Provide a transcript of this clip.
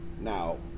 Now